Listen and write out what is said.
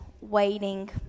waiting